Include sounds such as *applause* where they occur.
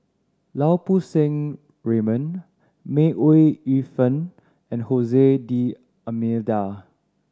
Lau Poo Seng Raymond May Ooi Yu Fen and *unintelligible* D'Almeida